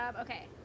okay